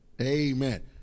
Amen